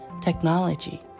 technology